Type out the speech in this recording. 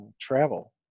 travel